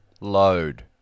load